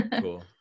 Cool